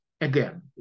Again